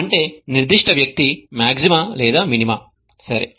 అంటే నిర్దిష్ట వ్యక్తి మాగ్జిమా లేదా మినిమా సరే